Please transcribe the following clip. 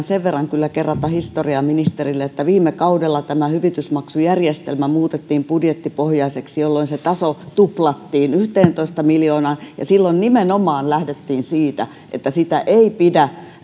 sen verran kyllä kerrata historiaa ministerille että viime kaudella tämä hyvitysmaksujärjestelmä muutettiin budjettipohjaiseksi jolloin se taso tuplattiin yhteentoista miljoonaan ja silloin nimenomaan lähdettiin siitä että sitä ei pidä